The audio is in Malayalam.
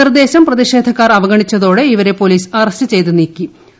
നിർദ്ദേശം പ്രതിഷേധക്കാർ അവഗണിച്ചതോടെ ഇവരെ പോലീസ് അറസ്റ്റ് ചെയ്ത് നീക്കാൻ തുടങ്ങി